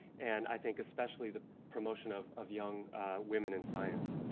and i think especially the promotion of of young women in science.